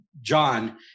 John